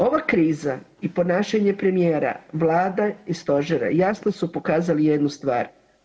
Ova kriza i ponašanje premijera, Vlade i Stožera jasno su pokazali jednu stvar.